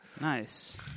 Nice